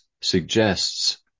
suggests